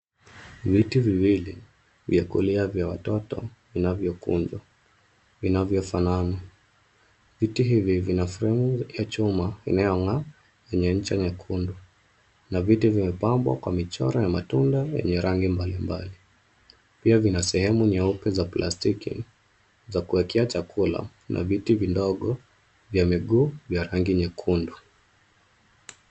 Viti viwili vya kulia vya watoto vinavyokunjwa vinavyofanana. Viti hivi vina fremu ya chuma inavyong'aa yenye ncha nyekundu na viti vimepambwa kwa michoro wa matunda yenye rangi mbalimbali. Pia vina sehemu nyeupe vya plastiki za kuekea chakula na viti vindogo vya miguu vya rangi nyekundu.